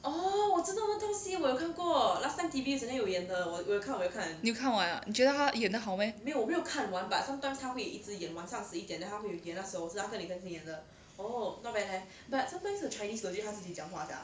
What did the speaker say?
你有看完 ah 你觉得她演得好 meh